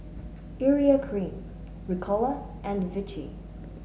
Urea Cream Ricola and Vichy